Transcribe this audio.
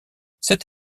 cette